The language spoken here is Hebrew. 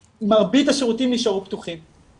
אני מבקש ממך כחבר כנסת,